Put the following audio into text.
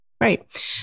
Right